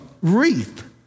wreath